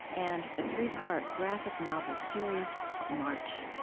and the three-part graphic novel series march